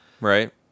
right